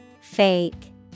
Fake